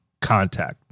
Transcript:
contact